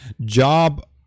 job